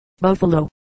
Buffalo